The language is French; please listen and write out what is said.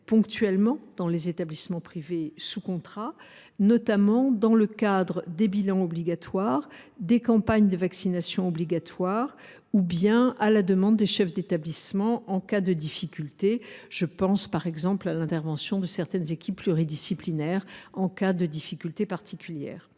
ponctuellement dans les établissements privés sous contrat, notamment dans le cadre des bilans obligatoires, des campagnes de vaccination obligatoire ou bien à la demande des chefs d’établissement en cas de difficulté particulière nécessitant l’intervention d’une équipe pluridisciplinaire. Les établissements privés